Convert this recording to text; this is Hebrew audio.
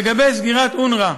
לגבי סגירת אונר"א,